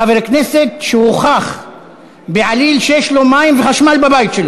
חבר כנסת שהוכח בעליל שיש לו מים וחשמל בבית.